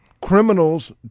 criminals